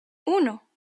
uno